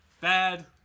Bad